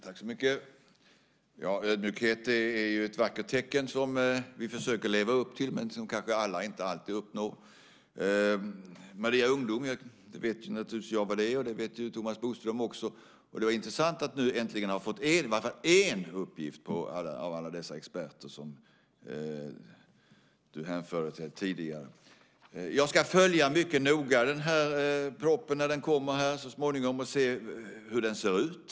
Fru talman! Ödmjukhet är ju ett vackert mål som vi försöker leva upp till men som alla kanske inte alltid uppnår. Jag vet naturligtvis vad Maria Ungdom är. Det vet ju Thomas Bodström också. Det var intressant att nu äntligen ha fått uppgift på i alla fall en av alla dessa experter som du hänvisade till tidigare. Jag ska följa den här propositionen mycket noga när den kommer så småningom och se hur den ser ut.